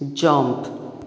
jump